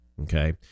Okay